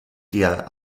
der